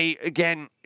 Again